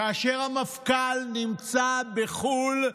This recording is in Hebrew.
כאשר המפכ"ל נמצא בחו"ל,